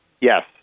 Yes